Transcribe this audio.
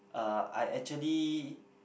uh I actually